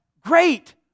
great